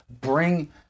bring